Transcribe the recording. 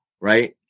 right